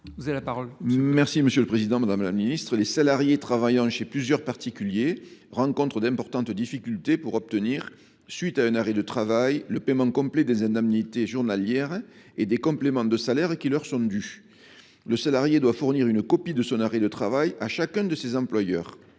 et de l’insertion. Madame la ministre, les salariés travaillant chez plusieurs particuliers rencontrent d’importantes difficultés pour obtenir, à la suite d’un arrêt de travail, le paiement complet des indemnités journalières et des compléments de salaire qui leur sont dus. Ces salariés doivent fournir une copie de leur arrêt de travail à chacun de leurs employeurs.